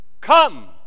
come